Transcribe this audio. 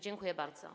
Dziękuję bardzo.